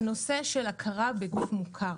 הכרה בגוף מוכר